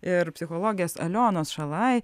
ir psichologės alionos šalaj